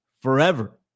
forever